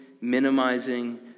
minimizing